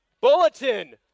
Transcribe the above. Bulletin